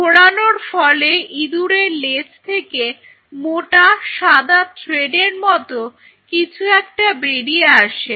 ঘোরানোর ফলে ইঁদুরের লেজ থেকে মোটা সাদা থ্রেডের মত কিছু একটা বেরিয়ে আসে